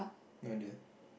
no idea